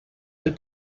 del